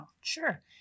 sure